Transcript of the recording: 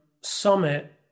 summit